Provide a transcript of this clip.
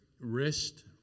rest